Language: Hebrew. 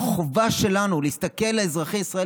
החובה שלנו היא להסתכל על אזרחי ישראל